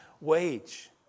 wage